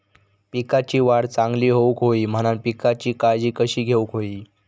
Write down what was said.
पिकाची वाढ चांगली होऊक होई म्हणान पिकाची काळजी कशी घेऊक होई?